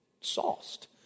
sauced